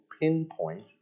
pinpoint